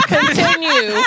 Continue